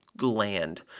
land